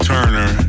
Turner